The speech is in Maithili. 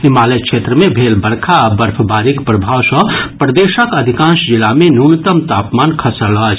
हिमालय क्षेत्र मे भेल बरखा आ बर्फबारीक प्रभाव सँ प्रदेशक अधिकांश जिला मे न्यूनतम तापमान खसल अछि